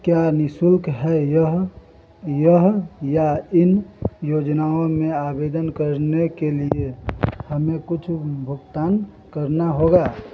क्या नि शुल्क है यह यह या इन योजनाओं में आवेदन करने के लिये हमें कुछ भुगतान करना होगा